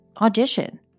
audition